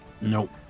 Nope